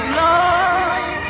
love